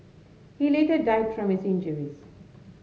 he later died from his injuries